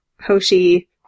Hoshi